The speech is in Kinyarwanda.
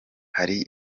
hari